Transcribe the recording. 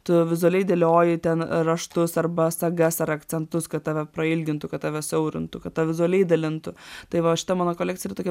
tu vizualiai dėlioji ten raštus arba sagas ar akcentus kad tave prailgintų kad tave siaurintų kad tave vizualiai dalintų tai va o šita mano kolekcija yra tokia